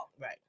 Right